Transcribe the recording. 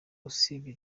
usibye